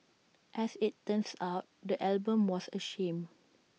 as IT turns out the album was A sham